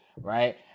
right